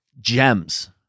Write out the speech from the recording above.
gems